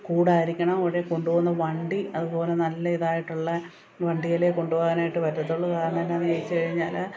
കൂടായിരിക്കണം അവരെ കൊണ്ടുപോകുന്ന വണ്ടി അതുപോലെ നല്ല ഇതായിട്ടുള്ള വണ്ടിയിൽ കൊണ്ടുപോകാനായിട്ട് പറ്റുള്ളൂ കാരണം എന്നാ എന്ന് ചോദിച്ച് കഴിഞ്ഞാൽ